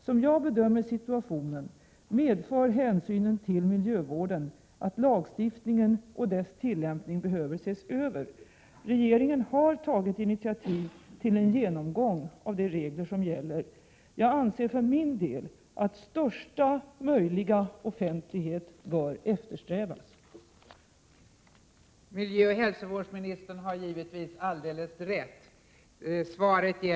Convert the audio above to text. Som jag bedömer situationen medför hänsynen till miljövården att lagstiftningen och dess tillämning behöver ses över. Regeringen har tagit initiativ till en genomgång av de regler som gäller. Jag anser för min del att största möjliga offentlighet bör eftersträvas. 7. vissa uppgifter om giftiga utsläpp